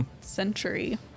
century